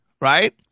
right